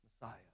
Messiah